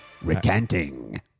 Recanting